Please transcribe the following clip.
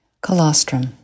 Colostrum